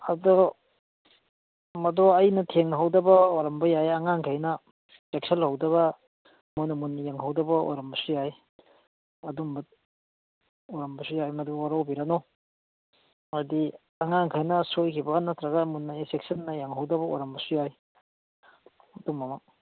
ꯑꯗꯣ ꯃꯗꯣ ꯑꯩꯅ ꯊꯦꯡꯅꯍꯧꯗꯕ ꯑꯣꯏꯔꯝꯕ ꯌꯥꯏ ꯑꯉꯥꯡꯈꯩꯅ ꯆꯦꯛꯁꯜꯍꯧꯗꯕ ꯃꯣꯏꯅ ꯃꯨꯟꯅ ꯌꯦꯡꯍꯧꯗꯕ ꯑꯣꯏꯔꯝꯕꯁꯨ ꯌꯥꯏ ꯑꯗꯨꯝꯕ ꯑꯣꯏꯔꯝꯕꯁꯨ ꯌꯥꯏ ꯃꯗꯨ ꯋꯥꯔꯧꯕꯤꯔꯅꯨ ꯍꯥꯏꯗꯤ ꯑꯉꯥꯡꯈꯩꯅ ꯁꯣꯏꯈꯤꯕ ꯅꯠꯇ꯭ꯔꯒ ꯃꯨꯟꯅ ꯆꯦꯛꯁꯤꯟꯅ ꯌꯦꯡꯍꯧꯗꯕ ꯑꯣꯏꯔꯝꯕꯁꯨ ꯌꯥꯏ ꯑꯗꯨꯝꯕ ꯑꯃ